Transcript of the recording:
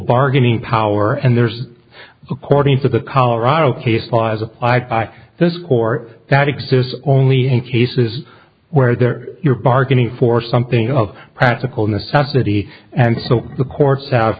bargaining power and there's according to the colorado case files of this court that exists only in cases where there you're bargaining for something of practical necessity and so the courts have